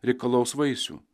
reikalaus vaisių